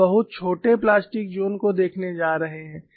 हम बहुत छोटे प्लास्टिक जोन को देखने जा रहे हैं